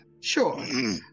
sure